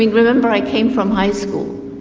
and remember, i came from high school,